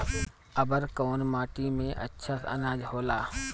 अवर कौन माटी मे अच्छा आनाज होला?